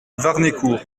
warnécourt